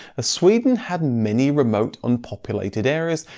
sweden had many remote, unpopulated areas,